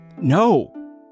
no